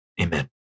amen